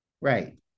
Right